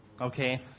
Okay